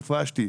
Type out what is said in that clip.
הופרשתי.